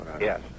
yes